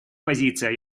позиция